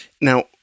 Now